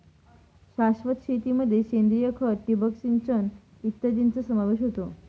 शाश्वत शेतीमध्ये सेंद्रिय खत, ठिबक सिंचन इत्यादींचा समावेश होतो